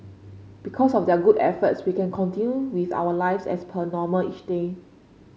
because of their good efforts we can continue with our lives as per normal each day